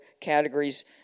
categories